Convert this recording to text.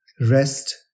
rest